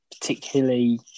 particularly